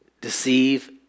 deceive